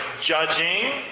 judging